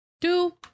two